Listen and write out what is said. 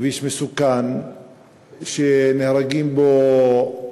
כביש מסוכן שנהרגים בו,